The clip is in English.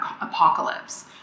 apocalypse